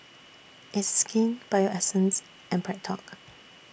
It's Skin Bio Essence and BreadTalk